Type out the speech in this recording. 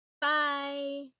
Bye